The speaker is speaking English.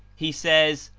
he says,